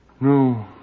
No